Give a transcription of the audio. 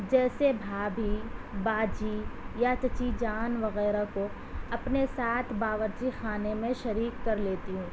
جیسے بھابھی باجی یا چچی جان وغیرہ کو اپنے ساتھ باورچی خانے میں شریک کر لیتی ہوں